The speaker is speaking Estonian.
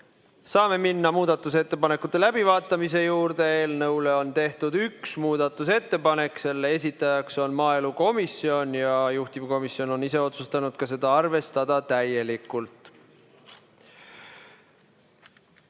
Saame minna muudatusettepanekute läbivaatamise juurde. Eelnõu kohta on tehtud üks muudatusettepanek, selle esitaja on maaelukomisjon ja juhtivkomisjon on ise otsustanud seda täielikult